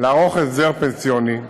לערוך הסדר פנסיוני,